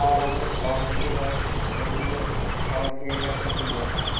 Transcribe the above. খাবার আমাদের খাাবার দিতে হয় মাছগুলো খাবার খেয়ে খেয়ে আস্তে আস্তে বড়ো হয়